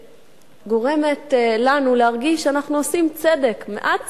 שגורמת לנו להרגיש שאנחנו עושים צדק, מעט צדק.